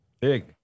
big